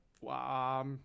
Wow